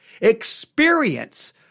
Experience